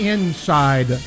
Inside